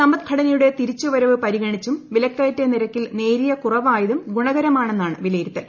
സമ്പദ്ഘടനയുടെ തിരിച്ചുവരവ് പരിഗ്ണിച്ചും വിലക്കയറ്റ നിരക്കിൽ നേരിയ കുറവുായതും ഗുണകരമാണെന്നാണ് വിലയിരുത്തൽ